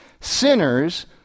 Sinners